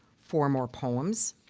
four more poems.